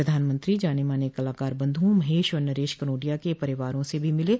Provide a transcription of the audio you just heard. प्रधानमंत्री जानेमाने कलाकार बंधुओं महेश और नरेश कनोडिया के परिजनों से भी मिले